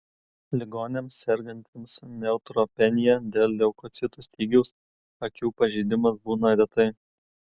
ligoniams sergantiems neutropenija dėl leukocitų stygiaus akių pažeidimas būna retai